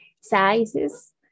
sizes